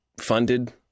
funded